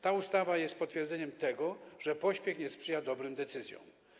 Ta ustawa jest potwierdzeniem tego, że pośpiech nie sprzyja dobrym decyzjom.